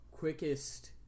quickest